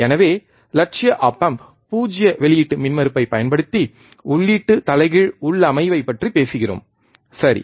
எனவே இலட்சிய op amp 0 வெளியீட்டு மின்மறுப்பைப் பயன்படுத்தி உள்ளீட்டு தலைகீழ் உள்ளமைவைப் பற்றி பேசுகிறோம் சரி